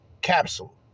Capsule